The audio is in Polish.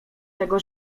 tego